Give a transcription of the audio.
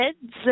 kids